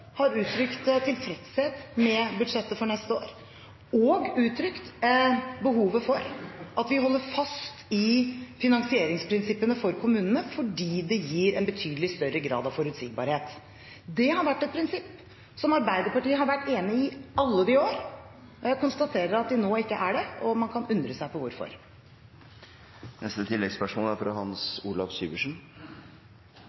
har uttrykt tilfredshet med budsjettet for neste år og uttrykt behovet for at vi holder fast i finansieringsprinsippene for kommunene, fordi det gir en betydelig større grad av forutsigbarhet. Det har vært et prinsipp som Arbeiderpartiet har vært enig i, i alle år. Jeg konstaterer at de nå ikke er det, og man kan undre seg på hvorfor.